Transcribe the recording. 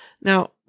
Now